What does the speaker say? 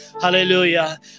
hallelujah